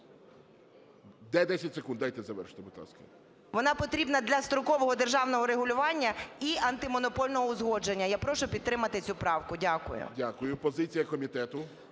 Дякую.